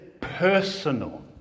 personal